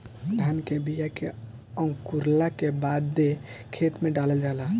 धान के बिया के अंकुरला के बादे खेत में डालल जाला